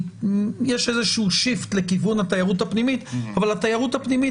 יש איזשהו שיפט לכיוון התיירות הפנימית אבל התיירות הפנימית